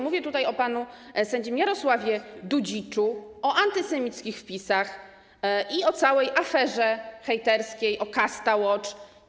Mówię tutaj o panu sędzim Jarosławie Dudziczu, o antysemickich wpisach, o całej aferze hejterskiej, o KastaWatch.